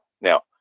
Now